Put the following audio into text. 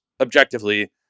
objectively